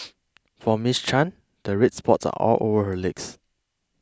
for Miss Chan the red spots are all over her legs